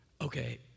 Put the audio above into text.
okay